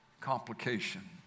Complication